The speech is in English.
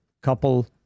couple